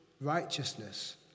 righteousness